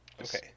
okay